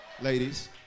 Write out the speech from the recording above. ladies